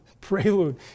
prelude